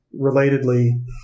relatedly